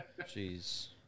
Jeez